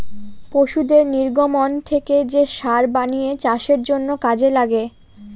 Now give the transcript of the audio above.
পশুদের নির্গমন থেকে যে সার বানিয়ে চাষের জন্য কাজে লাগে